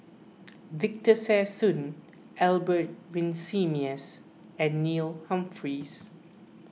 Victor Sassoon Albert Winsemius and Neil Humphreys